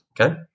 Okay